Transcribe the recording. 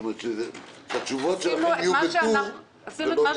זאת אומרת שהתשובות שלכם יהיו בטור ולא ב